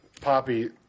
Poppy